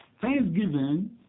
Thanksgiving